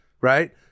right